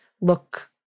look